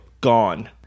gone